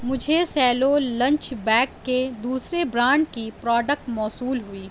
مجھے Cello lunch bag کے دوسرے برانڈ کی پروڈکٹ موصول ہوئی